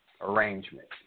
Arrangement